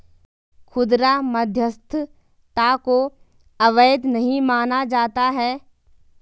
खुदरा मध्यस्थता को अवैध नहीं माना जाता है